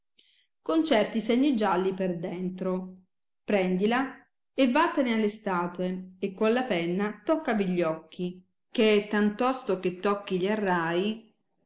con certi segni gialli per dentro prendila e vattene alle statue e con la penna toccavi gli occhi che tantosto che tocchi gli arrai